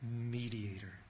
mediator